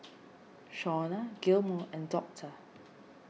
Shauna Gilmore and doctor